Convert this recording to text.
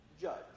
judge